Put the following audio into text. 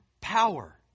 power